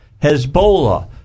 Hezbollah